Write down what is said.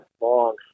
Long